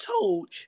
told